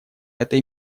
этой